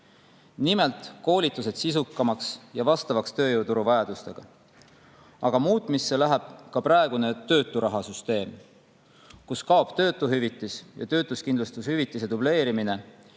see] koolitused sisukamaks ja vastavaks tööjõuturu vajadustele. Aga muutmisse läheb ka praegune tööturahasüsteem, kaob töötuhüvitis ja töötuskindlustushüvitise dubleerimine